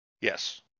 yes